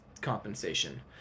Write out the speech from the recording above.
compensation